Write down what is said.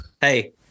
Hey